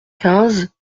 quinze